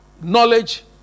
knowledge